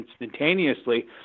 instantaneously